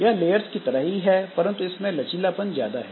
यह लेयर्स की तरह ही है परंतु इसमें लचीलापन ज्यादा है